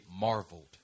marveled